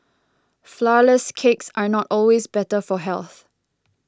Flourless Cakes are not always better for health